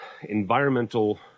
environmental